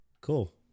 Cool